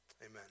Amen